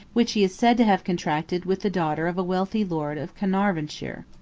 which he is said to have contracted with the daughter of a wealthy lord of caernarvonshire.